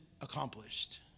accomplished